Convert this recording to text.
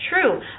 true